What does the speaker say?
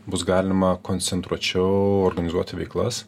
bus galima koncentruočiau organizuoti veiklas